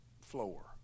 floor